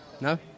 No